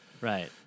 right